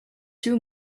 two